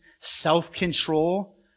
self-control